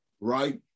right